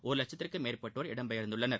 ஒரு லட்சத்திற்கும் மேற்பட்டோர் இடம் பெயர்ந்துள்ளனர்